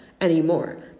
anymore